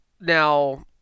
Now